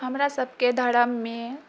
हमरा सबके धरममे